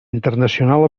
internacional